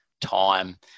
time